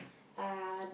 uh